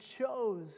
chose